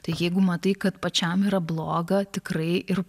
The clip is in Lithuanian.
tai jeigu matai kad pačiam yra bloga tikrai ir